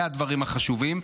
זה הדברים החשובים.